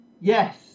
Yes